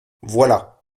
voilà